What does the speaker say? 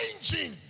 changing